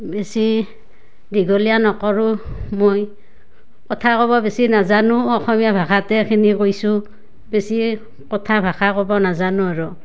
বেছি দীঘলীয়া নকৰোঁ মই কথা ক'ব বেছি নাজানো অসমীয়া ভাষাতে এইখিনি কৈছোঁ বেছি কথা ভাষা ক'ব নাজানো আৰু